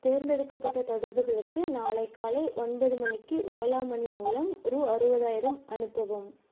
தேர்ந்தெடுக்கப்பட்ட தொடர்புகளுக்கு நாளை காலை ஒன்பது மணிக்கு ஓலா மனி மூலம் ரூ அறுபதாயிரம் அனுப்பவும்